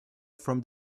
from